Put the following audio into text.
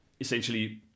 essentially